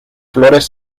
flores